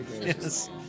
Yes